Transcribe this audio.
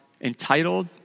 entitled